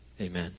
Amen